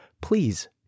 please